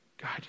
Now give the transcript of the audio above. God